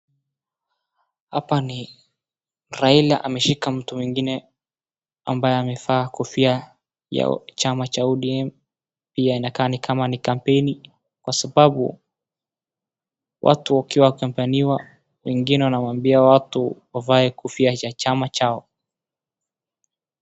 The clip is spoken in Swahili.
Hapa ni Raila ameshika mtu mwingine ambaye amevaa kofia ya cha chama cha ODM, pia inakaa nikama ni kampaini kwa sababu watu wakiacampaniwa wengine wanawambia watu wavae kofia cha chama chao.